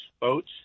boats